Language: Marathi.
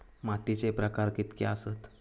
मातीचे प्रकार कितके आसत?